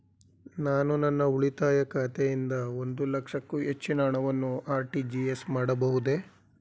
ನಾನು ನನ್ನ ಉಳಿತಾಯ ಖಾತೆಯಿಂದ ಒಂದು ಲಕ್ಷಕ್ಕೂ ಹೆಚ್ಚಿನ ಹಣವನ್ನು ಆರ್.ಟಿ.ಜಿ.ಎಸ್ ಮಾಡಬಹುದೇ?